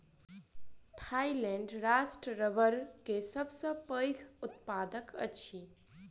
Thailand राष्ट्र रबड़ के सबसे पैघ उत्पादक अछि